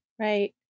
Right